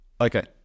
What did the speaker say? Okay